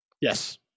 Yes